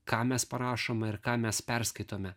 ką mes parašom ir ką mes perskaitome